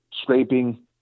scraping